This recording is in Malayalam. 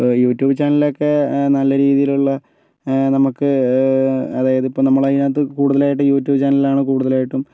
യൂട്യൂബ് ചാനലൊക്കെ നല്ല രീതിയിലുള്ള നമുക്ക് അതായത് ഇപ്പോൾ നമ്മളതിനകത്ത് കൂടുതലായിട്ട് യൂട്യൂബ് ചാനലാണ് കൂടുതലായിട്ടും